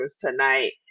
tonight